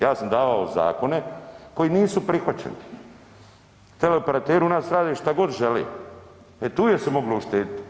Ja sam davao zakone koji nisu prihvaćeni, teleoperateri u nas rade što god žele, e tu je se moglo uštediti.